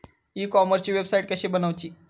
E कॉमर्सची website कशी बनवची?